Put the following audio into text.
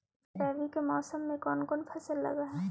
रवि के मौसम में कोन कोन फसल लग है?